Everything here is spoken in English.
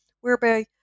whereby